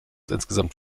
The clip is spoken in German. insgesamt